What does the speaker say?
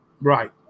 Right